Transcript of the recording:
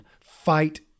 fight